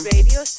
Radio